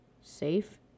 Safe